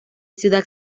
ciudad